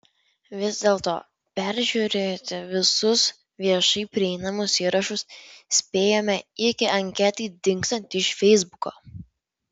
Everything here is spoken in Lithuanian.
vis dėlto peržiūrėti visus viešai prieinamus įrašus spėjome iki anketai dingstant iš feisbuko